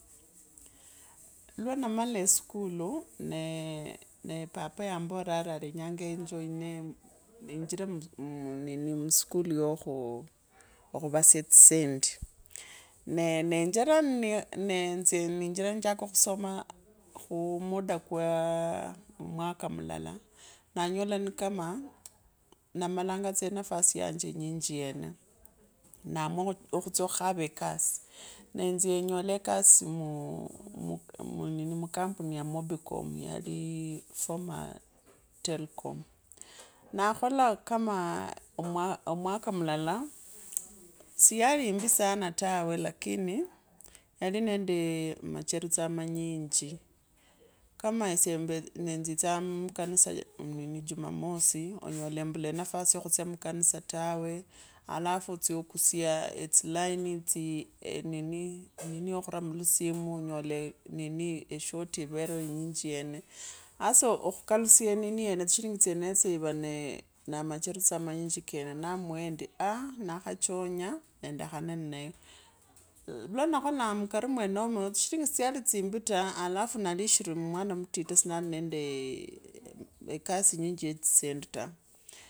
Lwanmala eskulu nee papa ya mbora ari aenyaa jinemuu ninjire mskulu yaa khuvasya tsisendi nee nenjera nee neenzya niinjira nenjaka kusoma khumuda kwa mwaka mulala nanyola ni kama namalanza kazi yanje yinyinyiyone naamua khutsya khukhavakazi neenzya neenyola ekasi muu campuni ya mobicom yulii former telcom na khola kama omwaka mulala siyali ikasi yimbi tawe lakini yalinende amacharitso manyinji. kama esye embetsaa etsitsaa mukanisa jmamosi unyolaembula enafasi ya khustya mukanisa tawe afafu atsya eysiliniieeh enini ya khura mulusimu unyola eshati ivereo inyinji yane hasa kene namua endi aah. nakhachonya endekane nnayoiwanakholaa mukari mwenemo tsihijinji si tsya tsimbi ta alafu nalishhiri mwona sinali nendee ekasi inyinji ye tsendi ta.